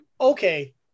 Okay